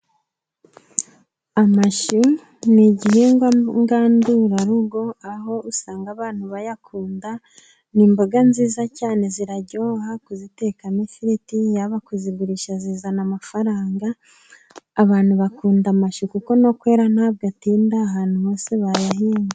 Amashu ni igihingwa ngandurarugo, aho usanga abantu bayakunda, ni imboga nziza cyane ziraryoha kuzitekamo ifiriti, yaba kuzigurisha zizana amafaranga, abantu bakunda amashu kuko no kwera nta bwo atinda, ahantu hose bayahinga.